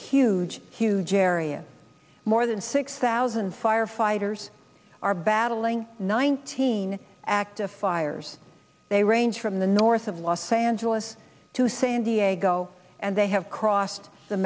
huge huge area more than six thousand firefighters are battling nineteen active fires they range from the north of los angeles to san diego and they have crossed the